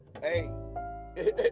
hey